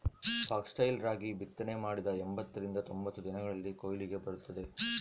foxtail ರಾಗಿ ಬಿತ್ತನೆ ಮಾಡಿದ ಎಂಬತ್ತರಿಂದ ತೊಂಬತ್ತು ದಿನಗಳಲ್ಲಿ ಕೊಯ್ಲಿಗೆ ಬರುತ್ತದೆ